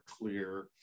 clear